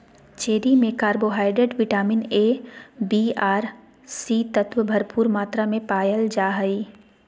cherry में carbohydrate, vitamin A, B आर C तत्व भरपूर मात्रा में पायल जा हइ